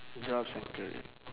jobs and career